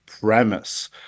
premise